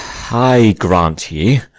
i grant ye.